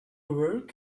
work